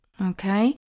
Okay